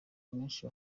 menshi